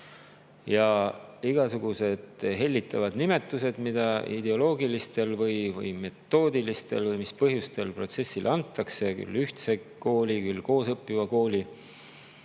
Ja igasugused hellitavad nimetused, mida ideoloogilistel või metoodilistel põhjustel protsessile antakse – küll ühtse kooli, küll koos õppiva kooli